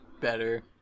better